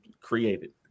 created